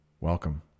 welcome